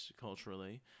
culturally